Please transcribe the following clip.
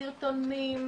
סרטונים,